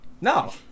No